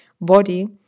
body